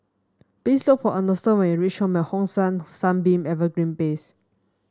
please look for Ernesto when you reach Home at Hong San Sunbeam Evergreen Place